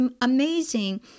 amazing